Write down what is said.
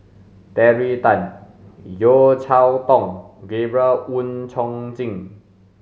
Terry Tan Yeo Cheow Tong Gabriel Oon Chong Jin